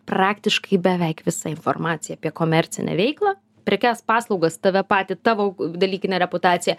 praktiškai beveik visa informacija apie komercinę veiklą prekes paslaugas tave patį tavo dalykinę reputaciją